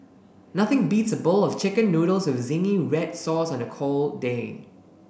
nothing beats a bowl of chicken noodles with zingy red sauce on a cold day